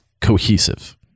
cohesive